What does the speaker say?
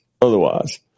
otherwise